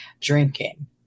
drinking